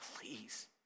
please